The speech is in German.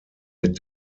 mit